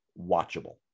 watchable